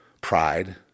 pride